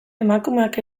emakumeak